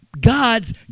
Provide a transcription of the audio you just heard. God's